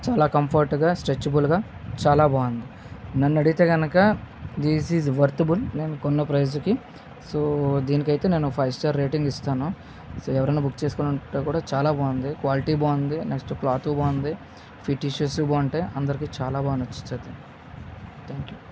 చాలా కంఫర్టుగా స్ట్రెచబుల్గా చాలా బాగుంది నన్ను అడిగితే కనుక దిస్ ఈస్ వర్త్వైల్ నేను కొన్న ప్రైజ్కి సో దీనికి అయితే నేను ఫైవ్ స్టార్ రేటింగ్ ఇస్తాను సో ఎవరైనా బుక్ చేసుకోవాలని అనుకుంటే చాలా బాగుంది క్వాలిటీ బాగుంది నెక్స్ట్ క్లాత్ బాగుంది ఫిటిషెస్ బాగుంటాయి అందరికి చాలా బాగా నచ్చుతది థ్యాంక్ యు